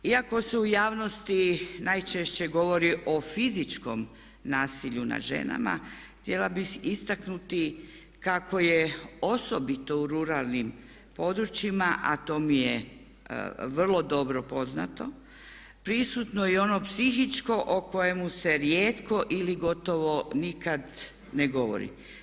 Iako se u javnosti najčešće govori o fizičkom nasilju nad ženama, htjela bih istaknuti kako je osobito u ruralnim područjima a to mi je vrlo dobro poznato prisutno i ono psihičko o kojemu se rijetko ili gotovo nikad ne govori.